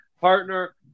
partner